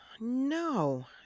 No